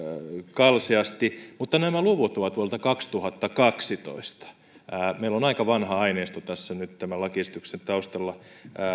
kalseasti mutta nämä luvut ovat vuodelta kaksituhattakaksitoista meillä on aika vanha aineisto tässä nyt tämän lakiesityksen taustalla